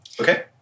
Okay